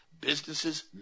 businesses